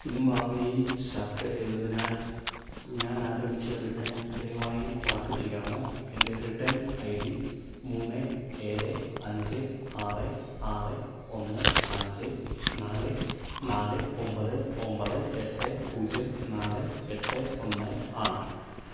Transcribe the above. സിവാമേയിൽ shirt എന്നതിനായി ഞാൻ ആരംഭിച്ച റിട്ടേൺ ദയവായി ട്രാക്ക് ചെയ്യാമോ എൻ്റെ റിട്ടേൺ ഐ ഡി മൂന്ന് ഏഴ് അഞ്ച് ആറ് ആറ് ഒന്ന് അഞ്ച് നാല് നാല് ഒമ്പത് ഒമ്പത് എട്ട് പൂജ്യം നാല് എട്ട് ഒന്ന് ആണ്